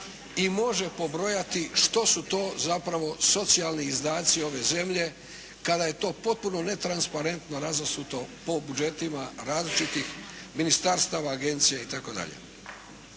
i može pobrojati što su to zapravo socijalni izdaci ove zemlje kada je to potpuno netransparentno razasuto po budžetima različitih ministarstava, agencija i